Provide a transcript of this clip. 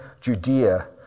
Judea